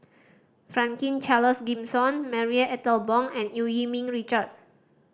Franklin Charles Gimson Marie Ethel Bong and Eu Yee Ming Richard